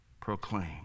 proclaim